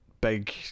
big